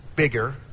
bigger